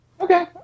Okay